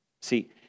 See